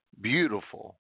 beautiful